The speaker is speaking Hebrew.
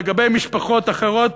לגבי משפחות אחרות,